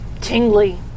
tingly